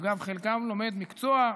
אגב, חלקם לומד מקצוע,